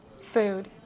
food